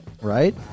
right